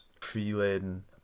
feeling